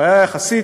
הוא היה, יחסית,